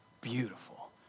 beautiful